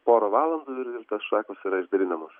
porą valandų ir ir tos šakos yra išdalinamos